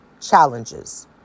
challenges